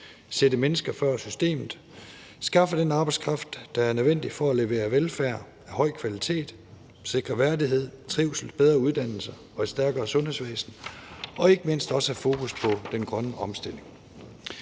sætte mennesker før systemet, skaffe den arbejdskraft, der er nødvendig for at levere velfærd af høj kvalitet, sikre værdighed, trivsel, bedre uddannelser og et stærkere sundhedsvæsen og ikke mindst også have fokus på den grønne omstilling.